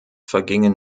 vergingen